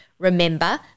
remember